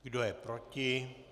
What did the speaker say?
Kdo je proti?